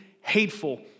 hateful